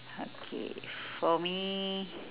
okay for me